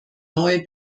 neue